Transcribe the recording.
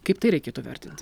kaip tai reikėtų vertinti